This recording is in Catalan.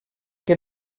que